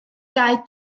gau